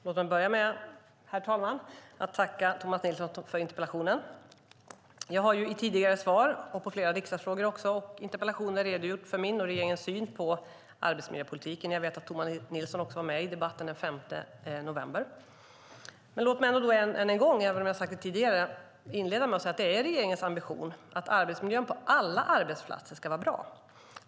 Herr talman! Låt mig börja med att tacka Tomas Nilsson för interpellationen. Jag har i tidigare svar på frågor och interpellationer redogjort för min och regeringens syn på arbetsmiljöpolitiken, och jag vet att Tomas Nilsson också var med i debatten den 5 november. Men låt mig ändå, även om jag har sagt det tidigare, säga att det är regeringens ambition att arbetsmiljön på alla arbetsplatser ska vara bra.